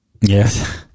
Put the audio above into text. yes